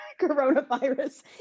coronavirus